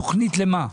תוכנית למה?